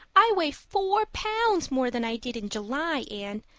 i weigh four pounds more than i did in july. anne,